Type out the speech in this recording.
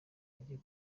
agiye